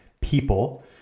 people